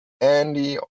andy